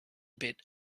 bit